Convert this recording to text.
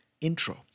Intro